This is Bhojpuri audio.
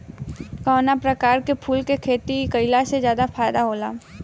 कवना प्रकार के फूल के खेती कइला से ज्यादा फायदा होला?